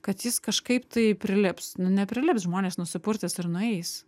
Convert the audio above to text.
kad jis kažkaip tai prilips nu neprilips žmonės nusipurtys ir nueis